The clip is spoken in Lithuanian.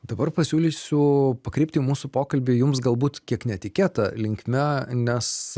dabar pasiūlysiu pakreipti mūsų pokalbį jums galbūt kiek netikėta linkme nes